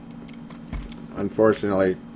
Unfortunately